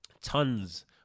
Tons